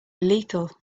lethal